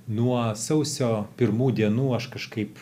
nuo sausio pirmų dienų aš kažkaip